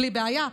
בלי בעיה.